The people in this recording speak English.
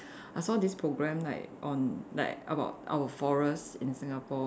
I saw this program like on like about our forest in Singapore